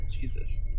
Jesus